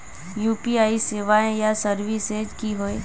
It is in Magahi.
यु.पी.आई सेवाएँ या सर्विसेज की होय?